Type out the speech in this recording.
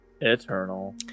Eternal